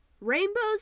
Rainbows